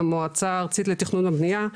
המועצה הארצית לתכנון הבנייה,